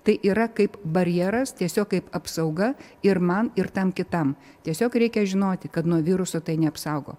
tai yra kaip barjeras tiesiog kaip apsauga ir man ir tam kitam tiesiog reikia žinoti kad nuo viruso tai neapsaugo